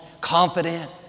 confident